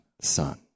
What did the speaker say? son